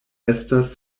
estas